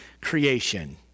creation